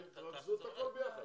תרכזו את הכול ביחד.